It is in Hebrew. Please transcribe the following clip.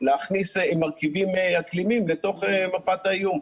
להכניס מרכיבים אקלימיים לתוך מפת האיום,